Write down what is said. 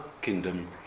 kingdom